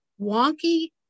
Wonky